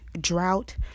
drought